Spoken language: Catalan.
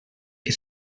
que